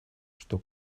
что